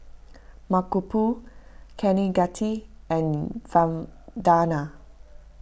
Mankombu Kaneganti and Vandana